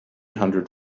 hundred